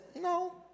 No